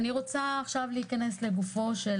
אני רוצה להיכנס לגופה של